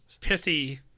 pithy